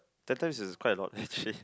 sometimes it's quite a lot actually